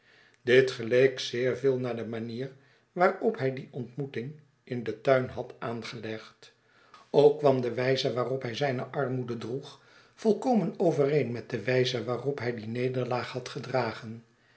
dit geleek zeer veel naar de manier waarop hij die ontmoeting in den tuin had aangelegd ook kwam de wijze waarop hij zijne armoede droeg volkomen overeen met de wijze waarop hij die nederlaag had gedragen